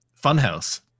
Funhouse